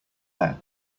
air